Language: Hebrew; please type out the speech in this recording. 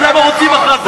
אז למה רוצים הכרזה?